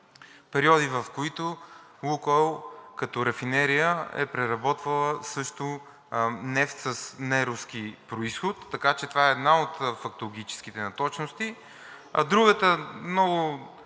периоди, в които „Лукойл“, като рафинерия е преработвала също нефт с неруски произход, така че това е една от фактологическите неточности.